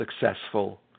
successful